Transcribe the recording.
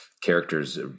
characters